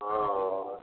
ହଁ